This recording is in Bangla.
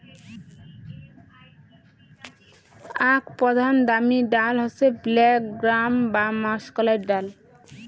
আক প্রধান দামি ডাল হসে ব্ল্যাক গ্রাম বা মাষকলাইর ডাল